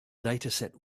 dataset